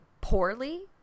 Poorly